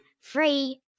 Free